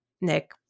Nick